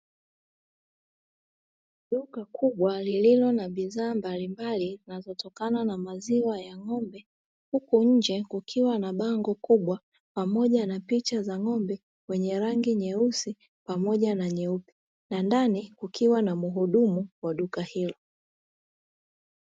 Duka kubwa lililo na bidhaa mbalimbali zinazotokana na maziwa ya ng'ombe. Huku nje kukiwa na bango kubwa pamoja na picha za ng'ombe wenye rangi nyeusi pamoja na nyeupe, na ndani kukiwa na mhudumu wa duka hilo.